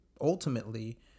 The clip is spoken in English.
ultimately